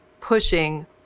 pushing